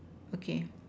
okay